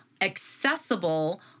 accessible